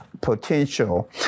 potential